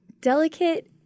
Delicate